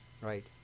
right